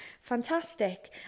fantastic